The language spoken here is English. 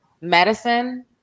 medicine